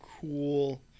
cool